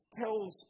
tells